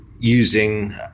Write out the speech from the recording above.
using